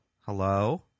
Hello